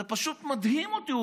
זה פשוט מדהים אותי.